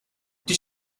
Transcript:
did